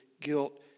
guilt